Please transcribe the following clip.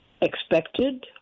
expected